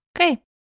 Okay